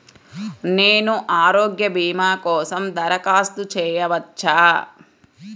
నేను ఆరోగ్య భీమా కోసం దరఖాస్తు చేయవచ్చా?